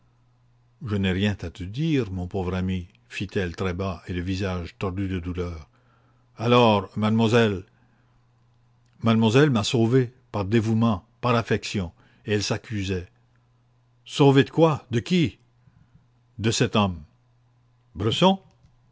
mon pauvre ami fit-elle très bas et le visage tordu de désespoir la vilaine et honteuse vérité alors mademoiselle mademoiselle m'a sauvée par dévouement par affection et elle s'accusait sauvée de quoi de qui de cet homme bresson